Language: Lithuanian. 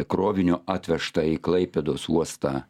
krovinio atvežta į klaipėdos uostą